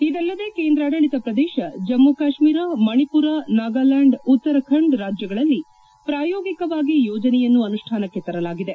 ಇದಲ್ಲದೆ ಕೇಂದ್ರಾಡಳಿತ ಪ್ರದೇಶ ಜಮ್ಮು ಕಾಶ್ಮೀರ ಮಣಿಪುರ ನಾಗಲ್ಬಾಂಡ್ ಉತ್ತರಖಂಡ್ ರಾಜ್ಜಗಳಲ್ಲಿ ಪ್ರಾಯೋಗಿಕವಾಗಿ ಯೋಜನೆಯನ್ನು ಅನುಷ್ಠಾನಕ್ಕೆ ತರಲಾಗಿದೆ